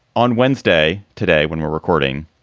on wednesday. today, when we're recording,